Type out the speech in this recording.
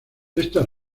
estas